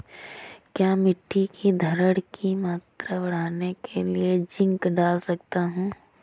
क्या मिट्टी की धरण की मात्रा बढ़ाने के लिए जिंक डाल सकता हूँ?